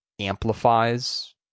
amplifies